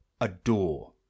adore